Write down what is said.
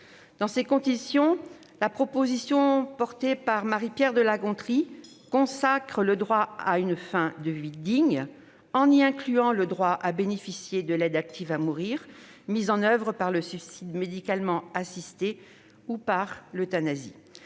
Dans ces conditions, la proposition de loi dont Marie-Pierre de La Gontrie est la première signataire consacre le droit à une fin de vie digne, en y incluant le droit à bénéficier de l'aide active à mourir, mise en oeuvre par le suicide médicalement assisté ou par l'euthanasie.